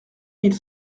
mille